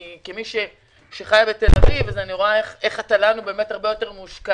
כמי שחיה בתל אביב אני רואה איך התל"ן יותר מושקע.